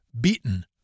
Beaten